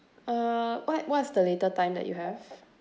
uh what what's the later time that you have